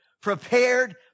prepared